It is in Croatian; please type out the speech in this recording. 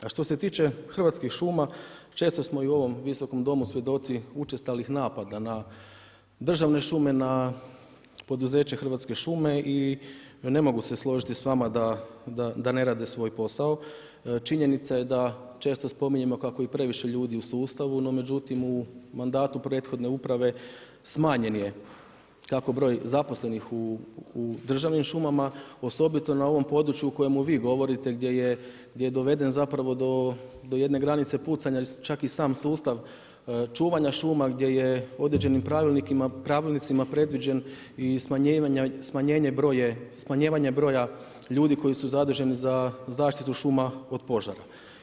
A što se tiče Hrvatskih šuma, često smo i u ovom Visokom domu svjedoci učestalih napada na državne šume, na poduzeće Hrvatske šume i ne mogu se složiti s vama da ne rade svoj posao, činjenica je da često spominjemo kako je previše ljudi u sustavu no međutim u mandatu prethodne uprave, smanjen je kako broj zaposlenih u državnim šumama, osobito na ovom području o kojemu vi govorite, gdje je doveden zapravo do je dne granice pucanja, čak i sam sustav čuvanja šuma gdje je određenim pravilnicima predviđen i smanjivanje broja ljudi koji su zaduženi za zaštitu šuma od požara.